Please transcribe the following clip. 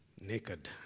naked